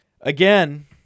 Again